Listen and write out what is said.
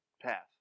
path